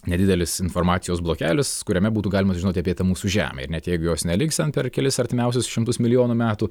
nedidelis informacijos blokelis kuriame būtų galima sužinoti apie tą mūsų žemę ir net jeigu jos neliks ten per kelis artimiausius šimtus milijonų metų